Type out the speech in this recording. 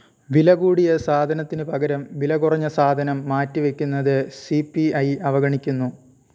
വില കൂടിയ സാധനത്തിനു പകരം വില കുറഞ്ഞ സാധനം മാറ്റിവെക്കുന്നത് സി പി ഐ അവഗണിക്കുന്നു